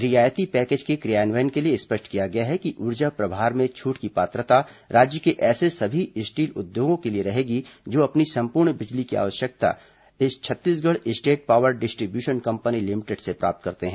रियायती पैकेज के क्रियान्वयन के लिए स्पष्ट किया गया है कि ऊर्जा प्रभार में छूट की पात्रता राज्य के ऐसे सभी स्टील उद्योगों के लिए रहेगी जो अपनी संपूर्ण बिजली की आवश्यकता Chhattisgarh state power distribution company limited से प्राप्त करते हैं